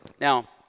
Now